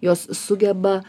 jos sugeba